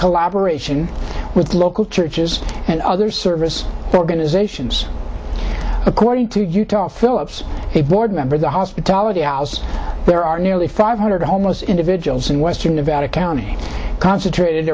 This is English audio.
collaboration with local churches and other service organizations according to utah phillips a board member of the hospitality house there are nearly five hundred homeless individuals in western nevada county concentrated